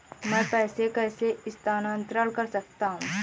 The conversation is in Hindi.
मैं पैसे कैसे स्थानांतरण कर सकता हूँ?